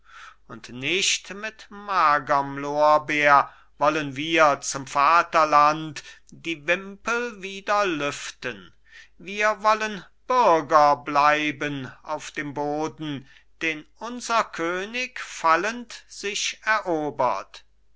und nicht mit magerm lorbeer wollen wir zum vaterland die wimpel wieder lüften wir wollen bürger bleiben auf dem boden den unser könig fallend sich erobert